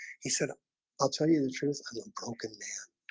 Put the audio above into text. he said i'll tell you the truth and and broken man